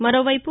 మరోవైపు